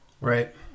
Right